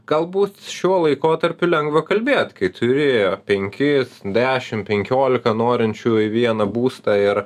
galbūt šiuo laikotarpiu lengva kalbėt kai turi penkis dešim penkiolika norinčių į vieną būstą ir